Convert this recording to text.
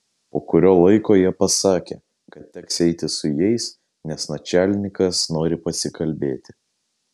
po kurio laiko jie pasakė kad teks eiti su jais nes načialnikas nori pasikalbėti